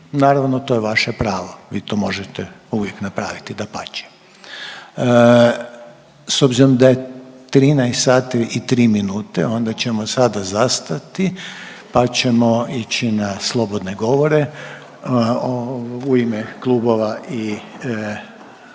Naravno to je vaše pravo vi to možete uvijek napraviti, dapače. S obzirom da je 13 sati i 3 minuta onda ćemo sada zastati pa ćemo ići na slobodne govore u ime klubova i